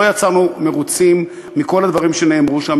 לא יצאנו מרוצים מכל הדברים שנאמרו שם.